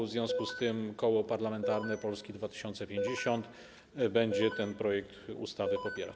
W związku z tym Koło Parlamentarne Polska 2050 będzie ten projekt ustawy popierać.